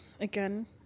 again